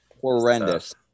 horrendous